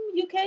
UK